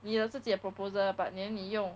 你的自己的 proposal but then 你用